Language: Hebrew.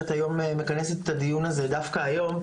שאת היום מכנסת את הדיון דווקא היום.